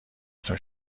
تون